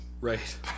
Right